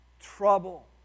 trouble